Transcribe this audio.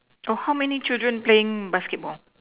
oh how many children playing basketball